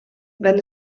wenn